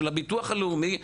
של הביטוח הלאומי,